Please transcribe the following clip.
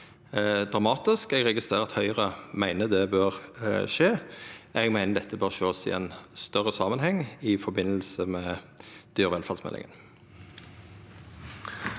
dramatisk. Eg registrerer at Høgre meiner det bør skje. Eg meiner dette bør sjåast i ein større samanheng i forbindelse med dyrevelferdsmeldinga.